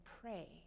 pray